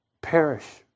Perish